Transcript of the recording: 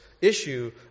issue